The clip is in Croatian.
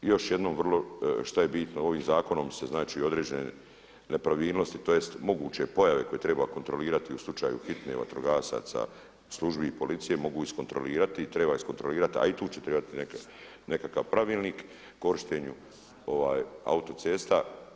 I još jednom vrlo šta je bitno, ovim zakonom se određene nepravilnosti, tj. moguće pojave koje treba kontrolirati u slučaju hitne, vatrogasaca, službi i policije mogu iskontrolirati i treba iskontrolirati a i tu će trebati nekakav pravilnik o korištenju autocesta.